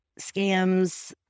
scams